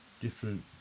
different